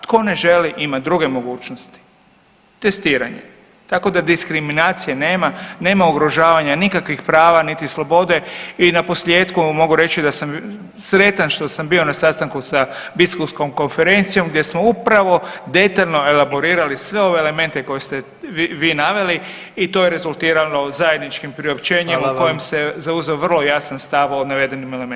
Tko ne želi ima druge mogućnosti, testiranje, tako da diskriminacije nema, nema ugrožavanja nikakvih prava niti slobode i naposljetku vam mogu reći da sam sretan što sam bio na sastanku sa Biskupskom konferencijom gdje smo upravo detaljno elaborirali sve ove elemente koje ste vi naveli i to je rezultirano zajedničkim priopćenjem [[Upadica predsjednik: Hvala vam.]] u kojem se zauzeo vrlo jasan stav o navedenim elementima.